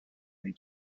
they